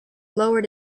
lowered